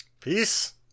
Peace